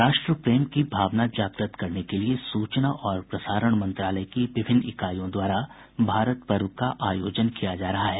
राष्ट्र प्रेम की भावना जाग्रत करने के लिए सूचना और प्रसारण मंत्रालय की विभिन्न इकाईयों द्वारा भारत पर्व का आयोजन किया जा रहा है